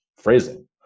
phrasing